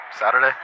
Saturday